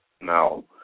Now